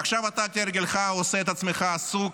ועכשיו אתה כהרגלך עושה את עצמך עסוק,